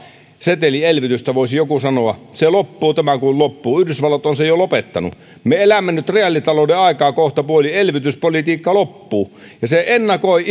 setelielvytystä voisi joku sanoa loppuu tämän kuun loppuun yhdysvallat on sen jo lopettanut me elämme nyt reaalitalouden aikaa kohtapuolin elvytyspolitiikka loppuu ja se ennakoi